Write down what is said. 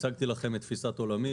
הצגתי לכם את תפיסת עולמי.